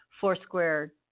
Foursquare